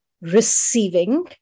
receiving